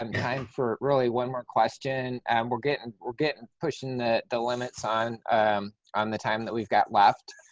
um time for really one more question. and we're getting we're getting pushing the the limits on um on the time that we've got left.